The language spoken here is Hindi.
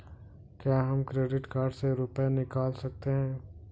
क्या हम क्रेडिट कार्ड से रुपये निकाल सकते हैं?